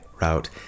route